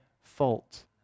fault